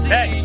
Hey